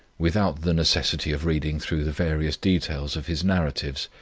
without the necessity of reading through the various details of his narratives,